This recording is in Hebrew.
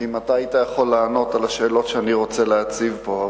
אם אתה היית יכול לענות על השאלות שאני רוצה להציב פה,